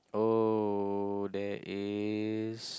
oh there is